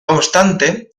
obstante